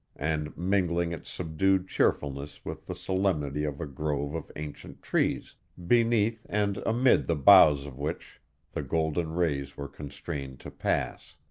and mingling its subdued cheerfulness with the solemnity of a grove of ancient trees, beneath and amid the boughs of which the golden rays were constrained to pass.